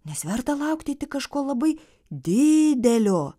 nes verta laukti tik kažko labai didelio